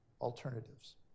alternatives